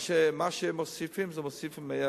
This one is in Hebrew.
מה שמוסיפים, זה מוסיפים מעבר.